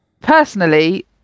Personally